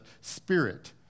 spirit